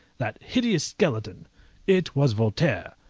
that hideous skeleton it was voltaire,